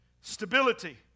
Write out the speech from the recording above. stability